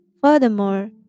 Furthermore